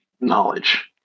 knowledge